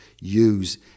use